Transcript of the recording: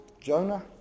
Jonah